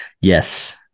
Yes